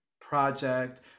project